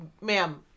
ma'am